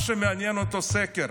מה שמעניין אותו, סקר.